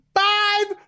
five